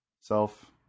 Self